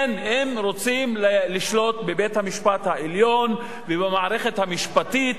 רוצים לשלוט בבית-המשפט העליון ובמערכת המשפטית.